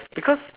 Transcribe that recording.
because